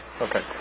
Okay